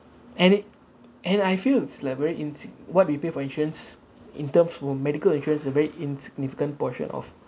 and it and I feel it's like very insig~ what we pay for insurance in terms for medical insurance is a very insignificant portion of